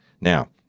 Now